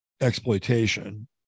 exploitation